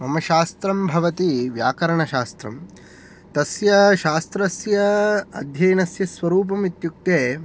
मम शास्त्रं भवति व्याकरणशास्त्रं तस्य शास्त्रस्य अध्ययनस्य स्वरूपम् इत्युक्ते